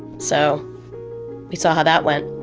so we saw how that went.